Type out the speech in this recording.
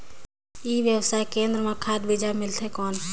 ई व्यवसाय केंद्र मां खाद बीजा मिलथे कौन?